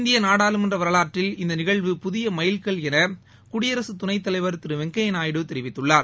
இந்திய நாடாளுமன்ற வரலாற்றில் இந்த நிகழ்வு புதிய மைல் கல் என குடியரசு துணைத்தலைவர் திரு வெங்கய்ய நாயுடு தெரிவித்துள்ளார்